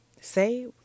say